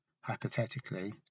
hypothetically